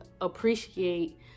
appreciate